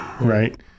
right